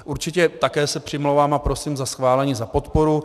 Určitě také se přimlouvám a prosím za schválení, za podporu.